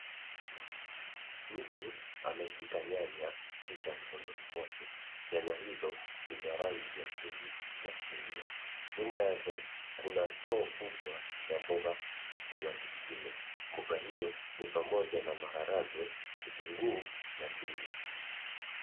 Mtu ameshika nyanya sita mkononi mwake. Nyanya hizo ni za rangi nyekundu na chungwa. Nyuma yake kuna store kubwa ya mboga na mboga nyingine. Mboga hizo ni pamoja na maharagwe, vitunguu na ndizi.